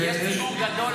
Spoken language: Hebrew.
יש יישוב גדול,